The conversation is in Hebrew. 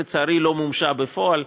לצערי היא לא מומשה בפועל,